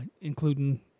including